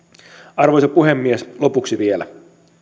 arvoisa puhemies lopuksi vielä